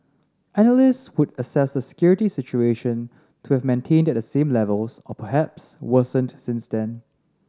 analysts would assess the security situation to have maintained at the same levels or perhaps worsened since then